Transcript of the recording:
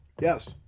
Yes